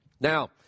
Now